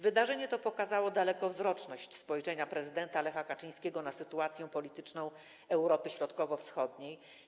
Wydarzenie to pokazało dalekowzroczność spojrzenia prezydenta Lecha Kaczyńskiego na sytuację polityczną Europy Środkowowschodniej.